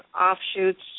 offshoots